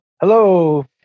Hello